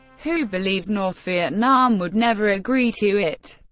who believed north vietnam would never agree to it.